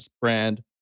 brand